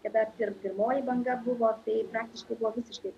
ir dar ir pirmoji banga buvo tai praktiškai buvo visiškai